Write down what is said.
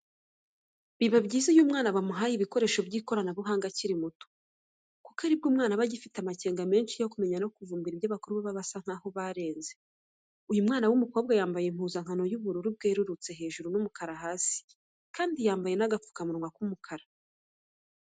Biba byiza iyo umwana bamuhaye ibikoresho by'ikoranabuhanga akiri muto kuko aribwo aba agifite amakenga menshi yo kumenya no kuvumbura ibyo abakuru baba basa nkaho barenze, uyu mwana w'umukobwa yambaye impuzankano y'ubururu bwerurutse hejuru n'umukara hasi kandi yambaye n'agapfukamunwa k'umukara.